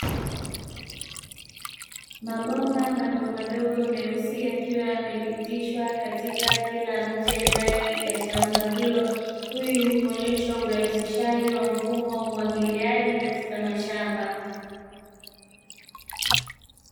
Mabomba madogo madogo meusi yakiwa yamepitishwa katika kila mche ndani ya shamba hilo, huu ni kuonyesha urahisishaji wa mfumo wa umwagiliaji katika mashamba.